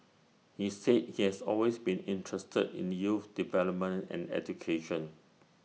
he said he has always been interested in youth development and education